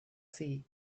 see